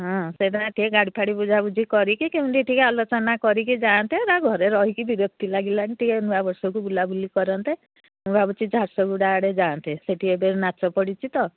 ହଁ ସେଦିନ ଟିକେ ଗାଡ଼ି ଫାଡ଼ି ବୁଝାାବୁଝି କରିକି କେମିତି ଟିକେ ଆଲୋଚନା କରିକି ଯାଆନ୍ତେ ହେ ଘରେ ରହିକି ବିରକ୍ତି ଲାଗିଲାନଣି ଟିକେ ନୂଆ ବର୍ଷକୁ ବୁଲାବୁଲି କରନ୍ତେ ମୁଁ ଭାବୁଚି ଝାରସ ଗୁଡ଼ା ଆଡ଼େ ଯାଆନ୍ତେ ସେଠି ଏବେ ନାଚ ପଡ଼ିଚି ତ